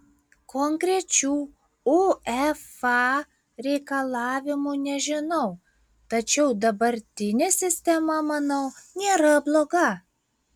konkrečių uefa reikalavimų nežinau tačiau dabartinė sistema manau nėra bloga